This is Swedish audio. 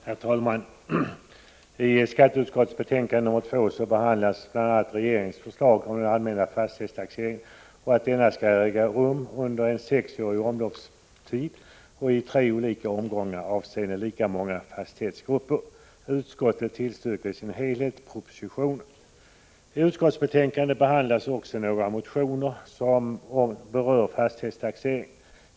Herr talman! I skatteutskottets betänkande nr 2 behandlas bl.a. regeringens förslag att den allmänna fastighetstaxeringen skall äga rum under en sexårig omloppstid och i tre olika omgångar avseende lika många fastighetsgrupper. I utskottsbetänkandet behandlas också några motioner som berör fastighetstaxeringen.